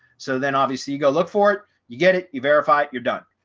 so then obviously you go look for it, you get it, you verify it, you're done.